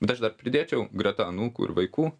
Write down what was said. t aš dar pridėčiau greta anūkų ir vaikų